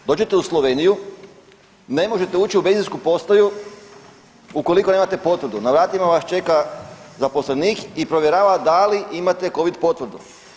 Dođete u Sloveniju, ne možete ući u benzinsku postaju ukoliko nemate potvrdu, na vratima vas čeka zaposlenik i provjerava da li imate Covid potvrdu.